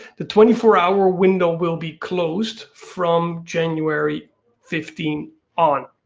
the twenty four hour window will be closed from january fifteen on.